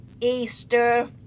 Easter